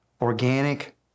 organic